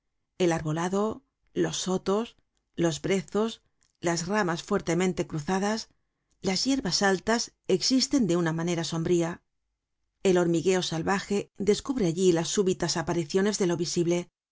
el arbolado los sotos los brezos las ramas fuertemente cruzadas las yerbas altas existen de una manera sombría el hormigueo salvaje descubre allí las súbitas apariciones de lo visible